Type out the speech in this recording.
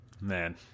Man